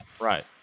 Right